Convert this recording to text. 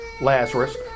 Lazarus